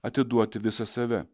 atiduoti visą save